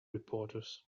reporters